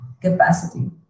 capacity